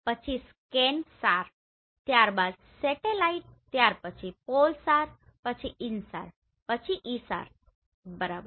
પછી ScanSAR ત્યારબાદ spotlight ત્યાર પછી PolSAR પછી InSAR પછી ISAR બરાબર